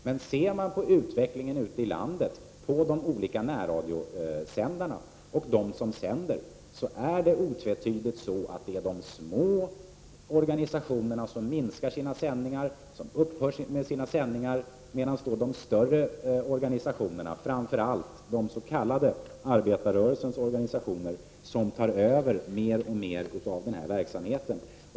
Men ser man på utvecklingen ute i landet, på de olika närradiosändarna och de som sänder kan man konstatera att det otvetydigt är så att de små organisationerna minskar sin sändningstid och upphör med sina sändningar, medan de större organisationerna, framför allt de s.k. arbetarrörelseorganisationerna, tar över mer och mer av denna verksamhet.